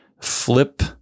flip